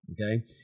Okay